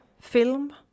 film